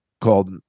called